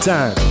Time